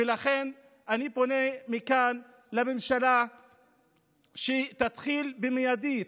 ולכן אני פונה מכאן לממשלה שתתחיל מיידית